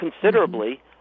considerably